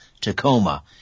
Tacoma